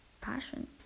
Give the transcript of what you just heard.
passion